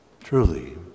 Truly